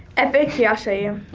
epic, here i'll show you.